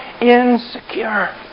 insecure